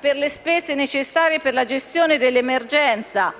per le spese necessarie per la gestione dell'emergenza,